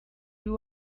you